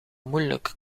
moeilijk